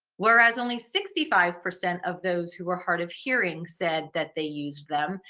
whereas only sixty five percent of those who are hard of hearing said that they use them,